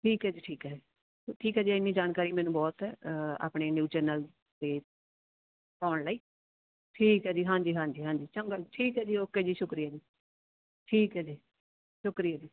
ਠੀਕ ਹੈ ਜੀ ਠੀਕ ਹੈ ਠੀਕ ਹੈ ਜੀ ਇੰਨੀ ਜਾਣਕਾਰੀ ਮੈਨੂੰ ਬਹੁਤ ਹੈ ਆਪਣੇ ਨਿਊਜ਼ ਚੈਨਲ 'ਤੇ ਪਾਉਣ ਲਈ ਠੀਕ ਹੈ ਜੀ ਹਾਂਜੀ ਹਾਂਜੀ ਹਾਂਜੀ ਚੰਗਾ ਜੀ ਠੀਕ ਹੈ ਜੀ ਓਕੇ ਜੀ ਸ਼ੁਕਰੀਆ ਜੀ ਠੀਕ ਹੈ ਜੀ ਸ਼ੁਕਰੀਆ ਜੀ